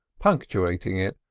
punctuating it,